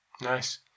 nice